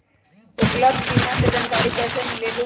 उपलब्ध बीमा के जानकारी कैसे मिलेलु?